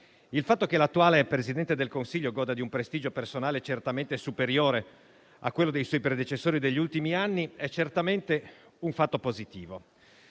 Il fatto che l'attuale Presidente del Consiglio goda di un prestigio personale superiore a quello dei suoi predecessori degli ultimi anni è certamente un fatto positivo.